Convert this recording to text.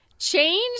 Change